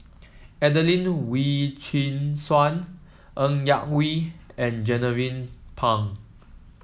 Adelene Wee Chin Suan Ng Yak Whee and Jernnine Pang